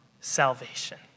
salvation